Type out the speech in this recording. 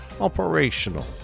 operational